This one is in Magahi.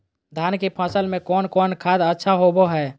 धान की फ़सल में कौन कौन खाद अच्छा होबो हाय?